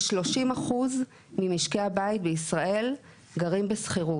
כ-30 אחוז ממשקי הבית בישראל גרים בשכירות.